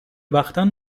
بختان